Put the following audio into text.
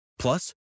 Plus